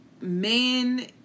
men